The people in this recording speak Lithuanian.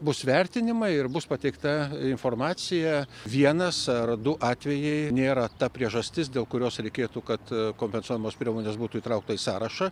bus vertinimai ir bus pateikta informacija vienas ar du atvejai nėra ta priežastis dėl kurios reikėtų kad kompensuojamos priemonės būtų įtraukta į sąrašą